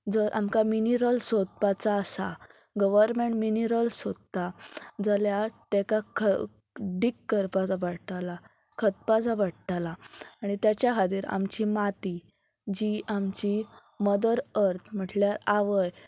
जर आमकां मिनरल्स सोदपाचो आसा गवरमेंट मिनरल्स सोदता जाल्यार तेका ख डीग करपाचो पडटलो खतपाचो पडटलां आनी तेच्या खातीर आमची माती जी आमची मदर अर्त म्हटल्यार आवय